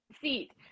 seat